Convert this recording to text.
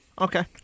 Okay